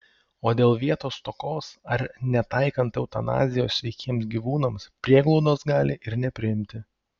o dėl vietos stokos ar netaikant eutanazijos sveikiems gyvūnams prieglaudos gali ir nepriimti